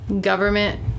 government